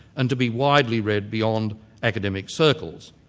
and to be widely read beyond academic circles.